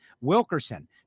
Wilkerson